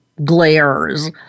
glares